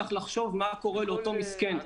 צריך לחשוב מה קורה לאותו מסכן.